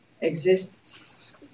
exists